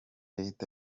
leta